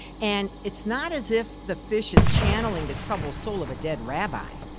and it's not as if the fish is channeling the troubled soul of a dead rabbi.